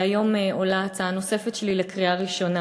והיום עולה הצעה נוספת שלי לקריאה ראשונה.